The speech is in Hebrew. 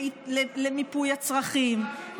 למיפוי הצרכים,